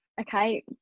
Okay